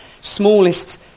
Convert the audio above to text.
smallest